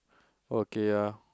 okay ya